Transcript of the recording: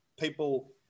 people